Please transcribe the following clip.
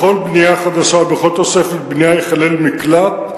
בכל בנייה חדשה ובכל תוספת בנייה ייכלל מקלט,